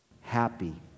happy